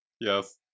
Yes